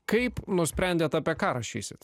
kaip nusprendėt apie ką rašysit